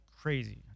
crazy